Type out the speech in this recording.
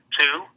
two